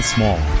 Small